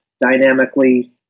dynamically